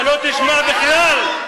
אתה לא תשמע בכלל.